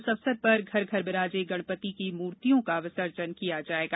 इस अवसर पर घर घर बिराजे गणपति की मूर्तियों का विसर्जन किया जायेगा